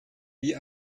wie